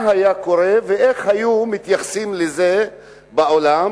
מה היה קורה ואיך היו מתייחסים לזה בעולם,